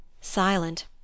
Silent